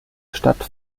stadt